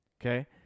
Okay